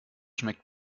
schmeckt